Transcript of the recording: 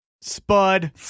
Spud